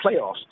playoffs